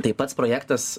tai pats projektas